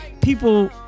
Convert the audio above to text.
people